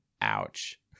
Ouch